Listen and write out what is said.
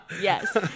Yes